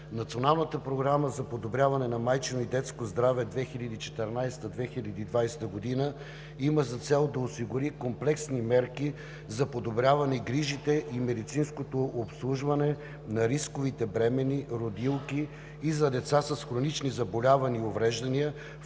Националната програма за подобряване на майчиното и детско здраве 2014 – 2020 г. има за цел да осигури комплексни мерки за подобряване грижите и медицинското обслужване на рисковите бременни, родилки и за деца с хронични заболявания и увреждания,